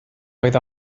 oedd